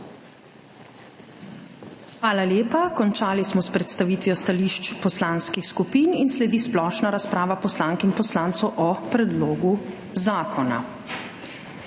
Hvala lepa. Končali smo s predstavitvijo stališč poslanskih skupin. Sledi splošna razprava poslank in poslancev o predlogu zakona.